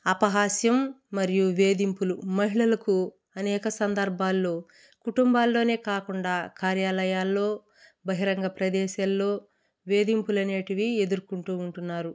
అపహాస్యం మరియు వేదింపులు మహిళలకు అనేక సందర్భాల్లో కుటుంబాల్లోనే కాకుండా కార్యాలయాల్లో బహిరంగ ప్రదేశాల్లో వేదింపులనేటివి ఎదుర్కొంటూ ఉంటున్నారు